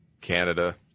Canada